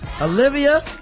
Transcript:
Olivia